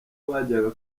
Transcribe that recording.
bajyaga